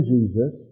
Jesus